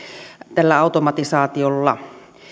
tällä automatisaatiolla